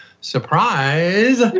surprise